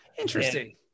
Interesting